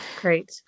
Great